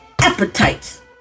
appetites